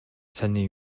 сонин